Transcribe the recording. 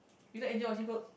you don't enjoy washing clothes